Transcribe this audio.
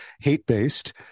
hate-based